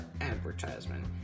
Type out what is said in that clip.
advertisement